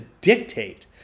dictate